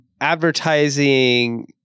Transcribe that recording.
advertising